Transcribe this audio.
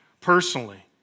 personally